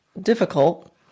difficult